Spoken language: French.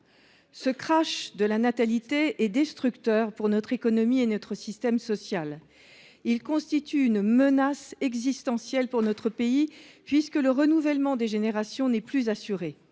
Ce crash de la natalité est destructeur pour notre économie et notre système social. Il constitue une menace existentielle pour notre pays, puisque le renouvellement des générations n’est plus assuré.